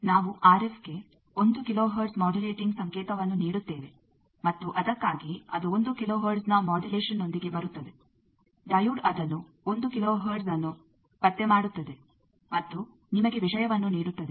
ನಾವು ಆರ್ಎಫ್ಗೆ 1 kilohertz modulating ಸಂಕೇತವನ್ನು ನೀಡುತ್ತೇವೆ ಮತ್ತು ಅದಕ್ಕಾಗಿಯೇ ಅದು 1 ಕಿಲೋ ಹರ್ಟ್ಜ್ನ ಮೊಡ್ಯುಲೇಷನ್ನೊಂದಿಗೆ ಬರುತ್ತದೆ ಡೈಯೋಡ್ ಅದನ್ನು 1 ಕಿಲೋ ಹರ್ಟ್ಜ್ಅನ್ನು ಪತ್ತೆ ಮಾಡುತ್ತದೆ ಮತ್ತು ನಿಮಗೆ ವಿಷಯವನ್ನು ನೀಡುತ್ತದೆ